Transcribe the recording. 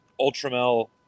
Ultramel